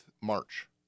march